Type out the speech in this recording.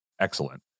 excellent